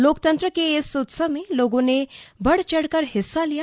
लोकतंत्र के इस उत्सव में लोगों ने बढ़ चढ़कर हिस्सा लिया